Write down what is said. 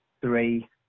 three